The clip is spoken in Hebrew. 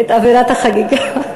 ואת אווירת החגיגה.